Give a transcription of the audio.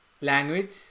language